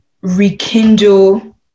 rekindle